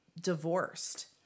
divorced